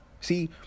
See